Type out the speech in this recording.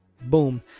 Boom